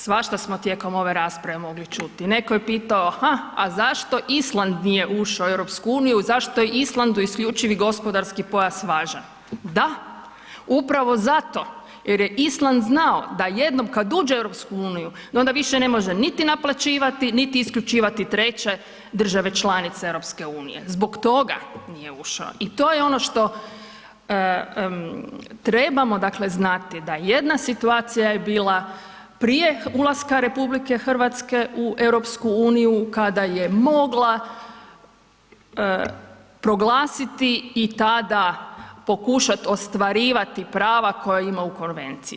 Svašta smo tijekom ove rasprave mogli čuti, netko je pitao a zašto Island nije ušao u EU zašto je Islandu isključivi gospodarski pojas važan, da upravo zato jer je Island znao da jednom kad uđe u EU da onda više ne može niti naplaćivati, niti isključivati 3 države članice EU, zbog toga nije ušao i to je ono što trebamo dakle znati, da jedna situacija je bila prije ulaska RH u EU kada je mogla proglasiti i tada pokušati ostvarivati prava koja ima u Konvenciji.